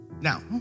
Now